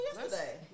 yesterday